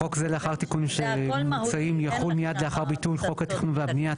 חוק זה לאחר התיקונים המוצעים יחול מיד לאחר ביטול חוק התכנון והבנייה,